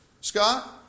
Scott